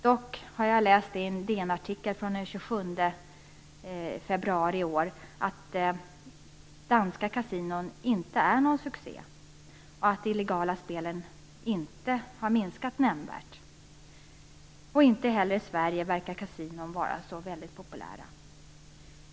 Dock har jag läst i en DN-artikel den 27 februari i år att danska kasinon inte är någon succé och att de illegala spelen inte har minskat nämnvärt. Inte heller i Sverige verkar kasinon vara så väldigt populära.